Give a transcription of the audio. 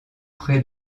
près